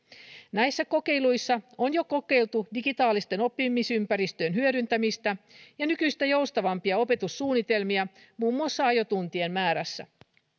näissä kokeiluissa on jo kokeiltu digitaalisten oppimisympäristöjen hyödyntämistä ja nykyistä joustavampia opetussuunnitelmia muun muassa ajotuntien määrässä